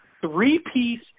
three-piece